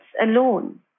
alone